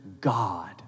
God